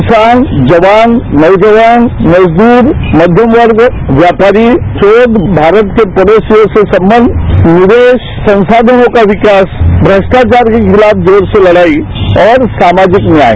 किसान जवान नौजवान मजदूर मध्यमवर्ग व्यापारी शोध भारत के पड़ोसी देशों से संबंध निवेश संशाधनों का विकास भ्रष्टाचार के खिलाफ जोर से लड़ाई और समाजिक न्याय